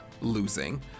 losing